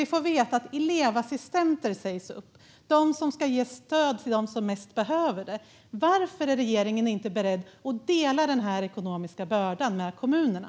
Vi får veta att elevassistenter sägs upp - de som ska ge stöd till dem som mest behöver det. Varför är regeringen inte beredd att dela den ekonomiska bördan med kommunerna?